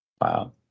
Wow